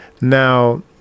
Now